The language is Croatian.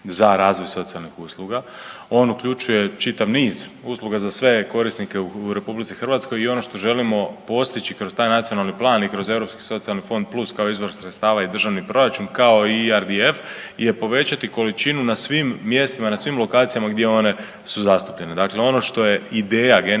za razvoj socijalnih usluga. On uključuje čitav niz usluga za sve korisnike u RH i ono što želimo postići kroz taj nacionalni plan i kroz Europski socijalni fond plus kao izvor sredstava i državni proračun kao i … je povećati količinu na svim mjestima, na svim lokacijama gdje one su zastupljene. Dakle, ono što je ideja generalna